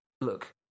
look